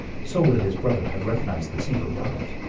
so will his brother have recognized the cinco llagas.